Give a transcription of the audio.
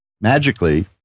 magically